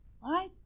right